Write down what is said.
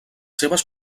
seves